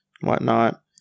whatnot